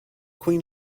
queen